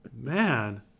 Man